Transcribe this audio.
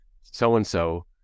so-and-so